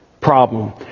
problem